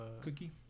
Cookie